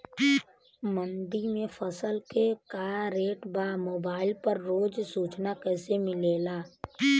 मंडी में फसल के का रेट बा मोबाइल पर रोज सूचना कैसे मिलेला?